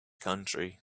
country